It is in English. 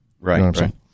Right